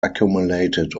accumulated